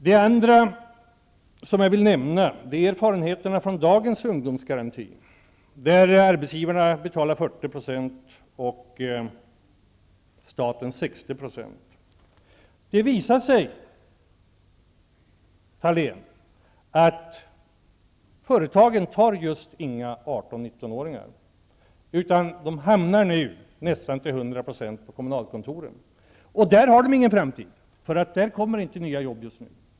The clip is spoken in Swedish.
Det andra som jag vill nämna är erfarenheterna från dagens ungdomsgaranti, där arbetsgivarna betalar 40 % och staten 60 %. Det har visat sig, Ingela Thalén, att företagen inte tar emot just några 18 19-åringar. De hamnar nu, nästan till 100 %, på kommunalkontoren. Där har de ingen framtid. Där kommer inga nya jobb just nu.